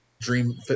Dream